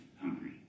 hungry